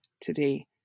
today